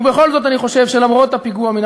ובכל זאת אני חושב שלמרות הפיגוע מן